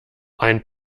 ein